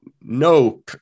no